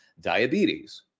diabetes